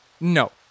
no